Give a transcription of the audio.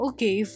Okay